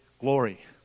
glory